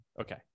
Okay